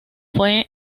fue